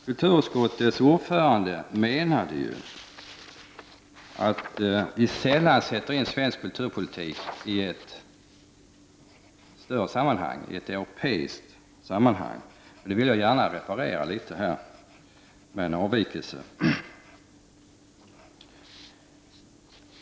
Kulturutskottets ordförande menar ju att vi sällan sätter in svensk kulturpolitik i ett större sammanhang — ett europeiskt sammanhang. Det vill jag här gärna reparera något med en avvikelse.